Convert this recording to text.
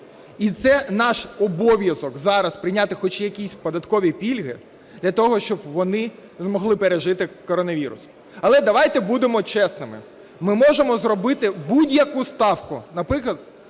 І це наш обов'язок – зараз прийняти хоч якісь податкові пільги для того, щоб вони змогли пережити коронавірус. Але давайте будемо чесними: ми можемо зробити будь-яку ставку, наприклад,